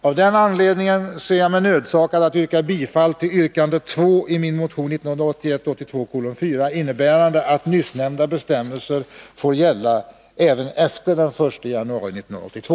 Av den anledningen ser jag mig nödsakad att yrka bifall till yrkande 2 i min motion 1981/82:4, innebärande att nyssnämnda bestämmelse får gälla även efter den 1 januari 1982.